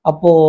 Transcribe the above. Apo